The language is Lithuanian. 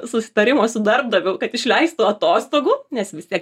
susitarimo su darbdaviu kad išleistų atostogų nes vis tiek